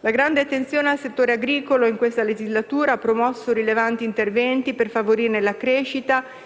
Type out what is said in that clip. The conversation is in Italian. La grande attenzione al settore agricolo in questa legislatura ha promosso rilevanti interventi per favorirne la crescita